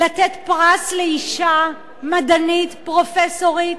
לתת פרס לאשה מדענית, פרופסורית,